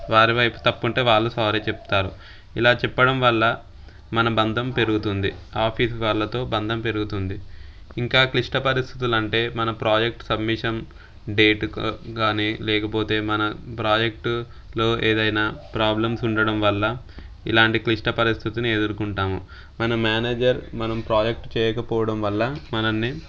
వారి వైపు తప్పు ఉంటే వాళ్ళు సారీ చెప్తారు ఇలా చెప్పడం వల్ల మన బంధం పెరుగుతుంది ఆఫీస్ వాళ్ళతో బంధం పెరుగుతుంది ఇంకా క్లిష్ట పరిస్థితులు అంటే మన ప్రాజెక్టు సబ్మిషన్ డేట్ కానీ లేకపోతే మన ప్రాజెక్టులో ఏదైన్నా ప్రాబ్లమ్స్ ఉండడం వల్ల ఇలాంటి క్లిష్ట పరిస్థితులు ఎదుర్కుంటాము మన మేనేజర్ మనం ప్రాజెక్ట్ చేయకపోవడం వల్ల మనలని